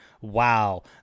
Wow